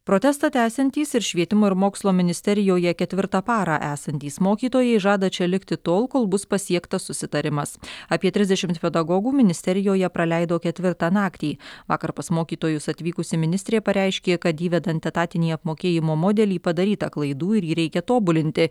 protestą tęsiantys ir švietimo ir mokslo ministerijoje ketvirtą parą esantys mokytojai žada čia likti tol kol bus pasiektas susitarimas apie trisdešimt pedagogų ministerijoje praleido ketvirtą naktį vakar pas mokytojus atvykusi ministrė pareiškė kad įvedant etatinį apmokėjimo modelį padaryta klaidų ir jį reikia tobulinti